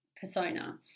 persona